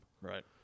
Right